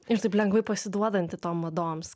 ir taip lengvai pasiduodanti tom madoms